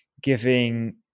giving